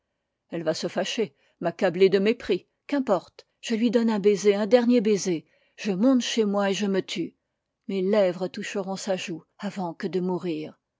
elle va se fâcher m'accabler de mépris qu'importe je lui donne un baiser un dernier baiser je monte chez moi et je me tue mes lèvres toucheront sa joue avant que de mourir